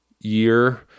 year